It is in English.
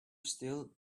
still